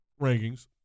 rankings